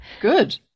Good